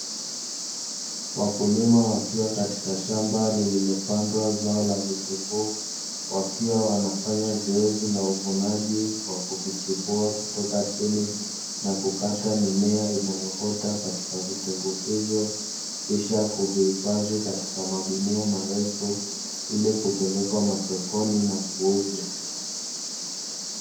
Wakulima wakiwa katika shamba lililopandwa zao la vitunguu, wakiwa wanafanya zoezi la uvunaji kwa kuvichumbua kutoka chini na kukata mimea inayoota katika vitunguu hivyo, kisha kuvihifadhi katika magunia marefu Ili kupelekwa sokoni na kuuzwa.